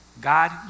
God